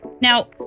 Now